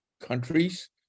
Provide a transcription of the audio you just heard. countries